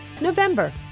November